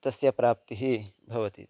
तस्य प्राप्तिः भवति